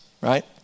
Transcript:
right